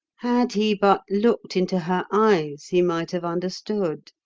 had he but looked into her eyes, he might have understood.